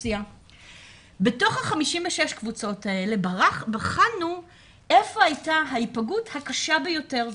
בתוך ה-56 קבוצות האלה בחנו איפה הייתה ההיפגעות הקשה ביותר,